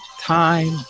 Time